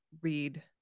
read